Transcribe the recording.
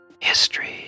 history